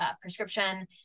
prescription